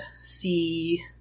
see